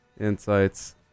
insights